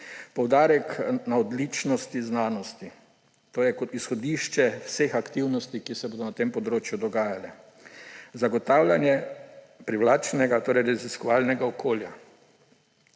poudarek na odličnosti znanosti, to je kot izhodišče vseh aktivnosti, ki se bodo na tem področju dogajale; zagotavljanje privlačnega raziskovalnega okolja,